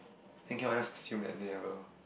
then cannot just assume that they will